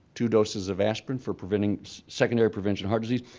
two doses of aspirin for preventing secondary prevention heart disease.